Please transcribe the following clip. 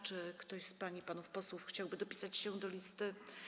Czy ktoś z pań i panów posłów chciałby zapisać się na listę?